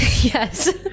yes